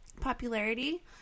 popularity